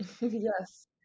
yes